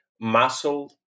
muscle